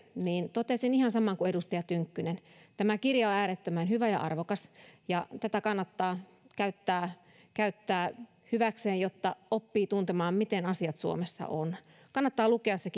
totesin ihan saman kuin edustaja tynkkynen tämä kirja on äärettömän hyvä ja arvokas ja tätä kannattaa käyttää käyttää hyväkseen jotta oppii tuntemaan miten asiat suomessa ovat kannattaa lukea se